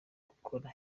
gukora